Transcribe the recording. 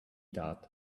thought